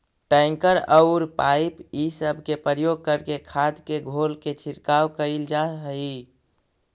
tanker औउर pipe इ सब के प्रयोग करके खाद के घोल के छिड़काव कईल जा हई